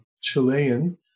Chilean